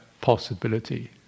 possibility